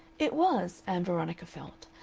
it was, ann veronica felt,